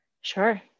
Sure